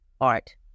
Art